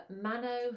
Mano